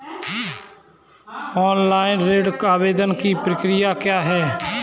Online ऋण आवेदन की प्रक्रिया क्या है?